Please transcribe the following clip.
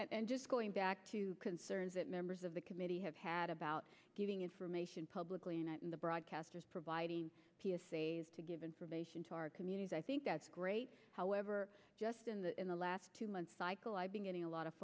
that and just going back to concerns that members of the committee have had about giving information publicly and in the broadcasters providing p s a as to give information to our communities i think that's great however just in the in the last two months cycle i've been getting a lot of